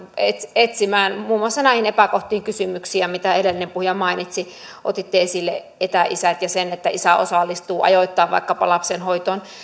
etsimään muun muassa näihin epäkohtiin vastauksia mitä edellinen puhuja mainitsi otitte esille etäisät ja sen että isä osallistuu ajoittain vaikkapa lapsenhoitoon